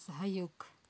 सहयोग